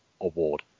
award